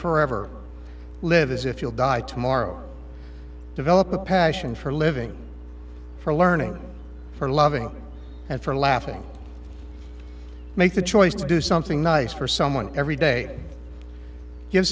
forever live as if you'll die tomorrow develop a passion for living for learning for loving and for laughing make the choice to do something nice for someone every day give